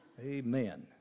Amen